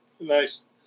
Nice